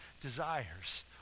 desires